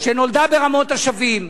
שנולדה ברמות-השבים,